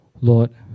Lord